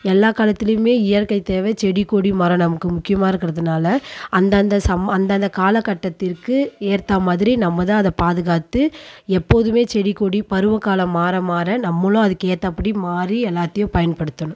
எல்லாம் காலத்துலேயுமே இயற்கை தேவை செடி கொடி மரம் நமக்கு முக்கியமாக இருக்கறதுனால் அந்தந்த சம் அந்தந்த காலக்கட்டத்திற்கு ஏற்ற மாதிரி நம்ம தான் அதை பாதுகாத்து எப்போதுமே செடி கொடி பருவ காலம் மாற மாற நம்மளும் அதுக்கு ஏற்றப்படி மாறி எல்லாத்தேயும் பயன்படுத்தணும்